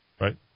right